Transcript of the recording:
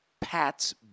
Pat's